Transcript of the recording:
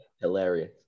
hilarious